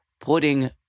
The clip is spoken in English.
putting